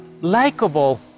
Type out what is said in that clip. likeable